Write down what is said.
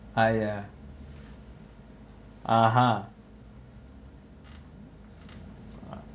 I ah ah ha